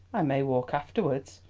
i may walk afterwards,